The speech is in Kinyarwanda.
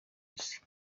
isi